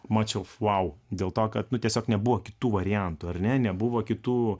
mačiau vau dėl to kad tiesiog nebuvo kitų variantų ar ne nebuvo kitų